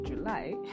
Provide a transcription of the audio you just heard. july